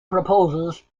proposes